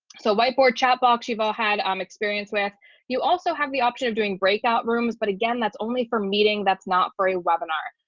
so whiteboard chat box you've all had um experience with you also have the option of doing breakout rooms. but again, that's only for meeting that's not for a webinar.